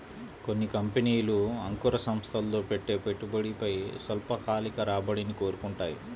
కొన్ని కంపెనీలు అంకుర సంస్థల్లో పెట్టే పెట్టుబడిపై స్వల్పకాలిక రాబడిని కోరుకుంటాయి